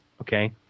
okay